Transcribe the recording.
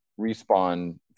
respawn